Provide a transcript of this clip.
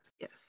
Yes